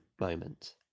moment